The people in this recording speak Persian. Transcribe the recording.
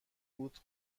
فود